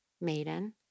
maiden